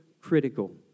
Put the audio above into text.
critical